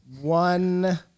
One